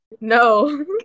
No